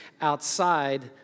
outside